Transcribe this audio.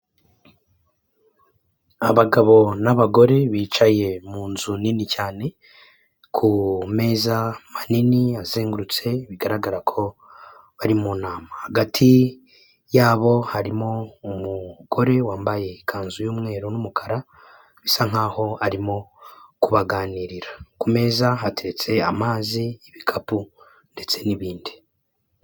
Abagabo n'abagore bicaye mu nzu nini cyane ku meza manini azengurutse bigaragara ko bari mu nama hagati yabo harimo umugore wambaye ikanzu y’umweru n'umukara bisa nkaho arimo kubaganirira ku meza hateretse amazi, ibikapu ndetse n'ibindi.